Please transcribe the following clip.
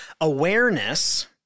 awareness